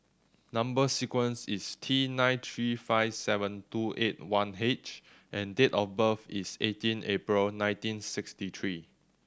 number sequence is T nine three five seven two eight one H and date of birth is eighteen April nineteen sixty three